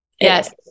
Yes